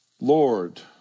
Lord